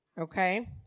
Okay